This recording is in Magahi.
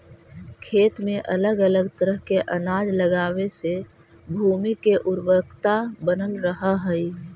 खेत में अलग अलग तरह के अनाज लगावे से भूमि के उर्वरकता बनल रहऽ हइ